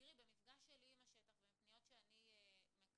במפגש שלי עם השטח ומפניות שאני מקבלת,